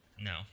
No